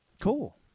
Cool